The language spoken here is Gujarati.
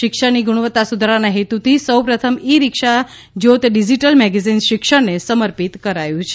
શિક્ષણની ગુણવત્તા સુધારવાનાં હેતુથી સૌ પ્રથમ e Shiksha Jyot digital magazine શિક્ષણને સમર્પિત કરાયું છે